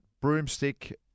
broomstick